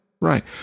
right